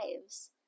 lives